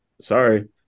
Sorry